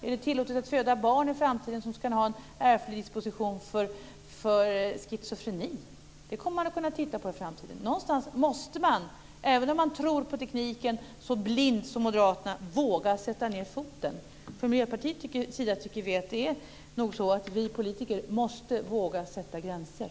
Är det tillåtet att föda barn i framtiden som kan ha en ärftlig disposition för schizofreni? Det kommer man att kunna titta på i framtiden. Även om man tror på tekniken så blint som moderaterna måste man någonstans våga sätta ned foten. Vi i Miljöpartiet tycker att det nog är så att vi politiker måste våga sätta gränser.